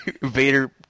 Vader